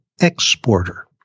exporter